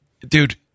dude